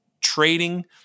trading